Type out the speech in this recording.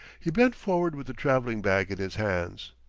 he bent forward with the traveling bag in his hands.